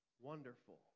Wonderful